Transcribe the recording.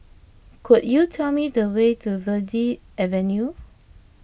could you tell me the way to Verde Avenue